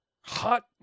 Hot